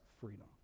freedom